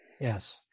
Yes